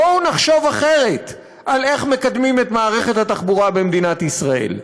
בואו נחשוב אחרת על איך מקדמים את מערכת התחבורה במדינת ישראל.